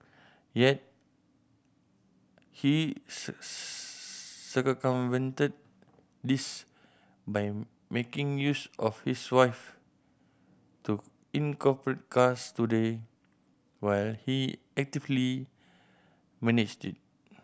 yet he circumvented this by making use of his wife to incorporate Cars Today while he actively managed it